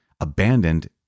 abandoned